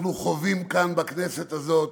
אנחנו חווים כאן, בכנסת הזאת,